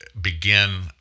Begin